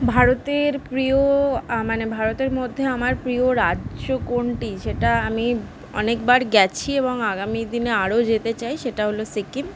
ভারতের প্রিয় মানে ভারতের মধ্যে আমার প্রিয় রাজ্য কোনটি সেটা আমি অনেকবার গেছি এবং আগামী দিনে আরো যেতে চাই সেটা হলো সিকিম